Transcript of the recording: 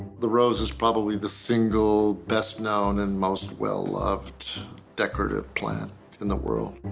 the rose is probably the single best known and most well-loved decorative plant in the world.